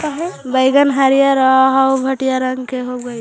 बइगन हरियर आउ भँटईआ रंग के होब हई